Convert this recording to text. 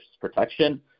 protection